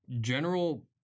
General